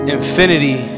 infinity